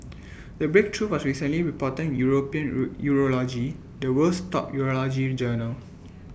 the breakthrough was recently reported in european rule urology the world's top urology in journal